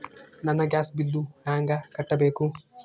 ನನ್ನ gas bill ಹೆಂಗ ಕಟ್ಟಬೇಕು?